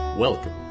Welcome